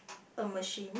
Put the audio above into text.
a machine